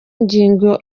ngingo